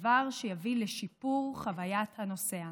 דבר שיביא לשיפור חוויית הנוסע.